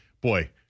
Boy